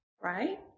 right